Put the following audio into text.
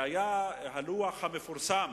היה לוח מפורסם,